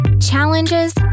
challenges